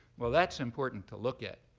well, that's important to look at.